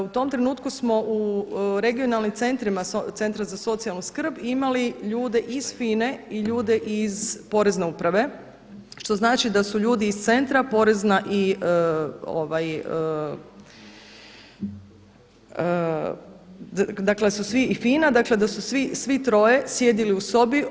U tom trenutku smo u regionalnim centrima centra za socijalnu skrb imali ljude iz FINA-e i ljude iz Porezne uprave što znači da su ljudi iz centra, porezna i dakle da su i svi i FINA, dakle da su svi troje sjedili u sobi.